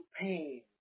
pain